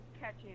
catching